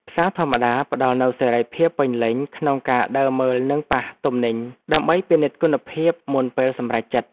ផ្សារធម្មតាផ្តល់នូវសេរីភាពពេញលេញក្នុងការដើរមើលនិងប៉ះទំនិញដើម្បីពិនិត្យគុណភាពមុនពេលសម្រេចចិត្ត។